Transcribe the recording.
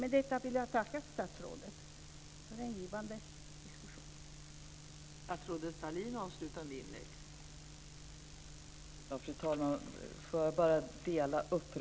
Med detta vill jag tacka statsrådet för en givande diskussion.